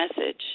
message